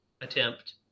attempt